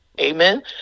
Amen